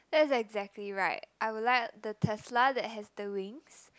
that's exactly right I would like the Tesla that has the wings